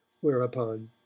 whereupon